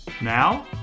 Now